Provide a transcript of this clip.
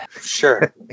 sure